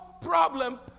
problem